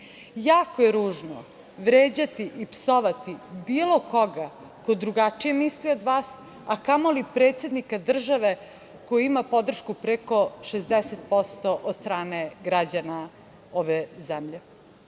je ružno vređati i psovati bilo koga ko drugačije misli od vas, a kamoli predsednika države koji ima podršku preko 60% od strane građana ove zemlje.